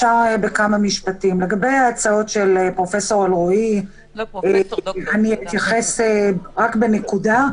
לגבי ההצעות של ד"ר אלרעי אתייחס בנקודה.